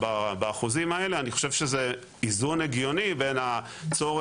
באחוזים האלה אני חושב שזה איזון הגיוני בין הצורך